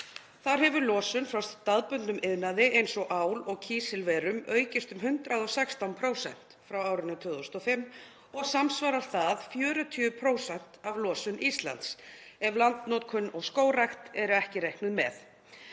Þar hefur losun frá staðbundnum iðnaði eins og ál- og kísilverum aukist um 116% frá árinu 2005 og samsvarar það allt að 40% af losun Íslands ef landnotkun og skógrækt eru ekki reiknuð með.